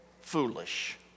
foolish